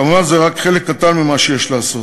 כמובן, זה רק חלק קטן ממה שיש לעשות,